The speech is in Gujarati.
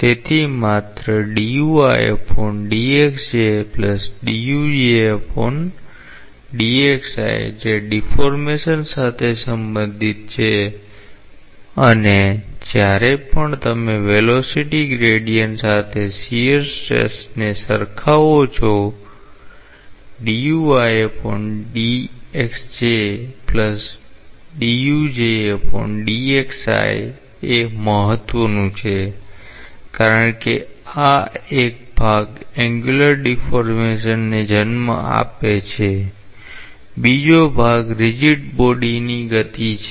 તેથી માત્ર જે ડીફૉર્મેશન સાથે સંબંધિત છે અને જ્યારે પણ તમે વેલોસીટી ગ્રેડીયન્ટ સાથે શીયર સ્ટ્રેસને સરખાવો છો એ મહત્વનું છે કારણ કે આ ભાગ એંન્ગ્યુલર ડીફૉર્મેશન ને જન્મ આપે છે બીજો ભાગ રીજીડ બોડીની ગતિ છે